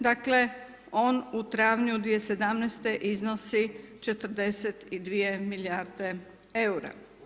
Dakle, on u travnju 2017. iznosi 42 milijarde eura.